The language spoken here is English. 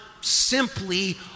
simply